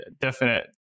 definite